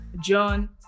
john